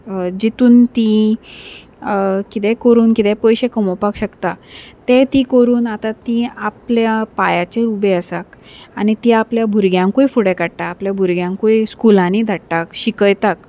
जितून तीं कितेें करून कितें पयशे कमोवपाक शकता तें ती करून आतां तीं आपल्या पांयाचेर उबे आसा आनी ती आपल्या भुरग्यांकूय फुडें काडटा आपल्या भुरग्यांकूय स्कुलांनी धाडटा शिकयता